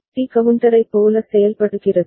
D கவுண்டரைப் போல செயல்படுகிறது